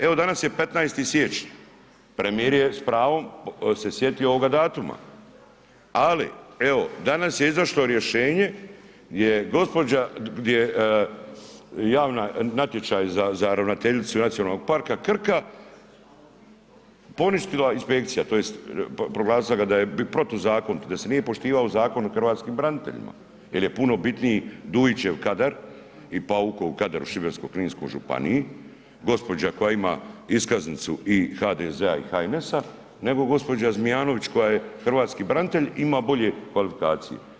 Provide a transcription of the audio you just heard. Evo danas je 15. siječnja, premijer se s pravom sjetio ovoga datuma, ali evo danas je izašlo rješenje, natječaj za ravnateljicu Nacionalnog parka Krka poništila inspekcija, tj. proglasila ga da je protuzakonit, da se nije poštivao Zakon o hrvatskim braniteljima jer je puno bitniji Dujićev kadar i Paukov kadar u Šibensko-kninskoj županiji, gospođa koja ima iskaznicu i HDZ-a i HNS-a nego gospođa Zmijanović koja je hrvatski branitelj ima bolje kvalifikacije.